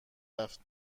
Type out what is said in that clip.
رفت